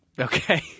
Okay